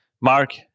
Mark